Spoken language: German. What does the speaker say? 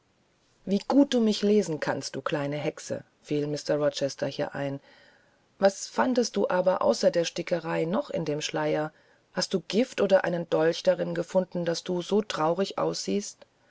wie gut du mich zu lesen verstehst du kleine hexe fiel mr rochester hier ein was fandest du aber außer der stickerei noch an dem schleier hast du gift oder einen dolch darin gefunden daß du so traurig aussiehst